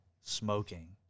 smoking